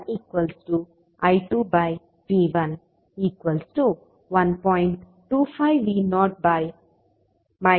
25V0 5V0 0